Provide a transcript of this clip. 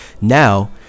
Now